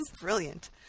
brilliant